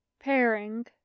Pairing